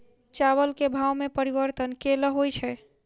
चावल केँ भाव मे परिवर्तन केल होइ छै?